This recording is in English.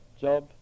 Job